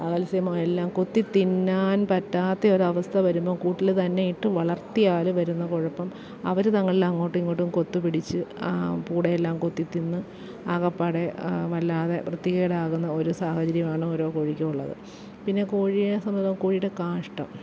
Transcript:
കാൽസ്യമോ എല്ലാം കൊത്തിത്തിന്നാൻ പറ്റാത്തെ ഒരവസ്ഥ വരുമ്പോൾ കൂട്ടില് തന്നെയിട്ട് വളർത്തിയാല് വരുന്ന കുഴപ്പം അവര് തങ്ങളില് അങ്ങോട്ടും ഇങ്ങോട്ടും കൊത്ത്പിടിച്ച് ആ പൂടയെല്ലാം കൊത്തിത്തിന്ന് ആകെപ്പാടെ വല്ലാതെ വൃത്തികേടാകുന്ന ഒരു സാഹചര്യമാണ് ഓരോ കോഴിക്കും ഉള്ളത് പിന്നെ കോഴിയെ സമ്മതം കോഴിയുടെ കാഷ്ടം